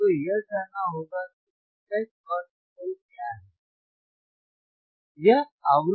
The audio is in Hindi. आपको यह जानना होगा कि fH और fL क्या है